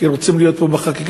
כי אנחנו רוצים להיות פה בחקיקה,